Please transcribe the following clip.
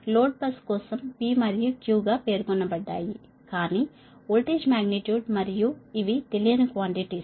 load bus కోసం P మరియు Q గా పేర్కొనబడ్డాయి కాని వోల్టేజ్ మాగ్నిట్యూడ్ మరియు ఇవి తెలియని క్వాన్టిటీస్